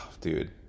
Dude